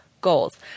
goals